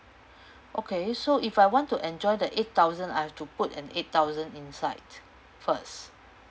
okay so if I want to enjoy the eight thousand I have to put an eight thousand inside first